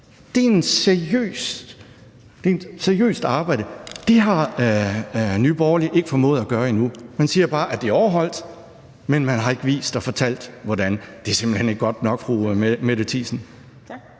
Det er et seriøst arbejde, og det har Nye Borgerlige ikke formået at gøre endnu. Man siger bare, at det er overholdt, men man har ikke vist og fortalt hvordan. Det er simpelt hen ikke godt nok, fru Mette Thiesen.